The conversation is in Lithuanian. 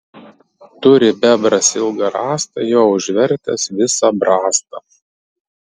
turi bebras ilgą rąstą juo užvertęs visą brastą